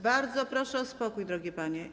Bardzo proszę o spokój, drogie panie.